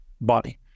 body